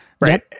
right